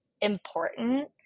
important